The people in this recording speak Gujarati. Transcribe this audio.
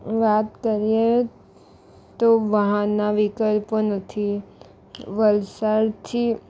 વાત કરીએ તો વાહનના વિકલ્પો નથી વલસાડથી